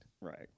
Right